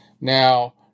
Now